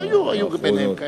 היו ביניהם כאלה,